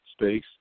space